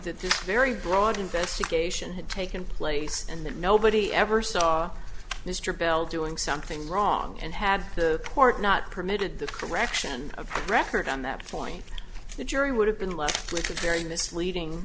that this very broad investigation had taken place and that nobody ever saw mr bell doing something wrong and had to port not permitted the correction of record on that point the jury would have been left with a very misleading